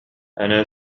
أنا